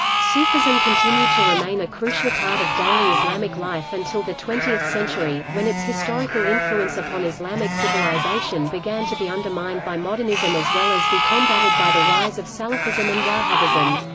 sufism continued to remain a crucial part of daily islamic life until the twentieth century, when its historical influence upon islamic civilization began to be undermined by modernism as well as be combated by the rise of salafism and wahhabism.